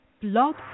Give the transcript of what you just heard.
Blog